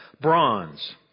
bronze